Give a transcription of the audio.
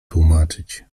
tłumaczyć